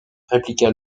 répliqua